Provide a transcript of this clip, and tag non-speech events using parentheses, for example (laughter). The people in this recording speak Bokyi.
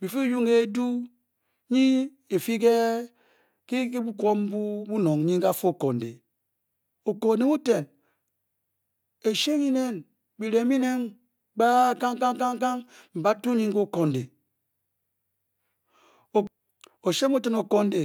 Byifi byi-ryi ng eduu nkyi efi kè bukwop mbu kanong nyin ke kafa o kondi okondi mu eten eshe nyi neen byire nnyin (unintelligible) Kang Kang Kang mbe ba-tun n nyin ke okondi oshe mu eten okondi